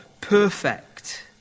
perfect